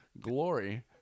Glory